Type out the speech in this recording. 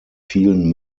vielen